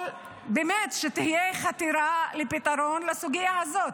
אבל שבאמת תהיה חתירה לפתרון לסוגיה הזאת.